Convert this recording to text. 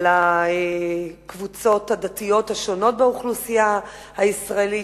על הקבוצות הדתיות השונות באוכלוסייה הישראלית,